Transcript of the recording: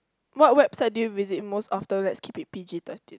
what website did you visit what website did you visit most often let's keep it p_g thirteen